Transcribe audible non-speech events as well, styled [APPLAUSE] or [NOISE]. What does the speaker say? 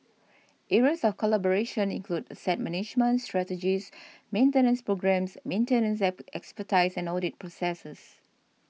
areas of collaboration include asset management strategies maintenance programmes maintenance [HESITATION] expertise and audit processes